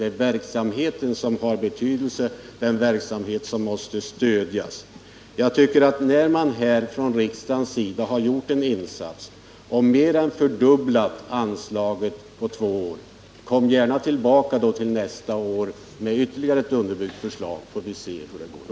Det är verksamheten som har betydelse — den verksamhet som måste stödjas. Riksdagen har ju här gjort en insats och mer än fördubblat anslaget på två år. Kom då gärna tillbaka till nästa år med ytterligare ett underbyggt förslag, så får vi se hur det går!